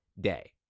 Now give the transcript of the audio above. day